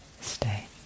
stay